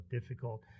difficult